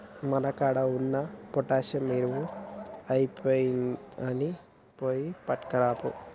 మన కాడ ఉన్న పొటాషియం ఎరువు ఐపొయినింది, పోయి పట్కరాపో